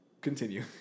Continue